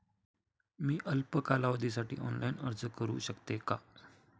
मी अल्प कालावधीसाठी ऑनलाइन अर्ज करू शकते का?